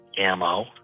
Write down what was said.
ammo